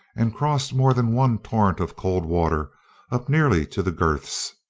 and crossed more than one torrent of cold water up nearly to the girths,